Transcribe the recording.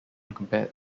compared